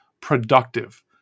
productive